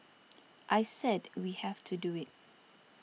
I said we have to do it